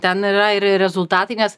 ten yra ir rezultatai nes